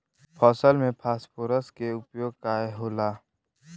फसल में फास्फोरस के उपयोग काहे होला?